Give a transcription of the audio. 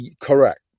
Correct